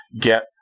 get